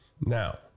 Now